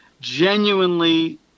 genuinely